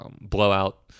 blowout